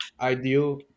ideal